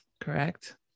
correct